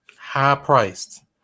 High-priced